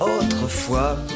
autrefois